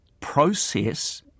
process